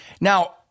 Now